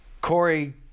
Corey